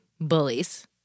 Bullies